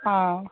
ஆ